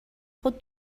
خود